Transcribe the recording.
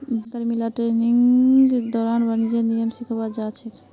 bank कर्मि ला ट्रेनिंगेर दौरान वाणिज्येर नियम सिखाल जा छेक